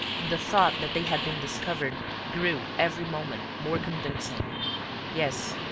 and the thought that they had been discovered grew every moment more convincing yes,